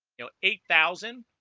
you know eight thousand